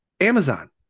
Amazon